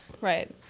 Right